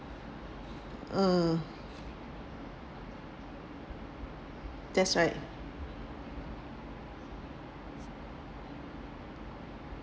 uh that's right